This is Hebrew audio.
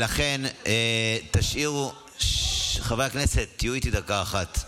ולכן תשאירו, חברי הכנסת, תהיו איתי דקה אחת.